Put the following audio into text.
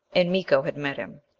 and miko had met him.